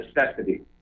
necessity